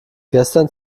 gestern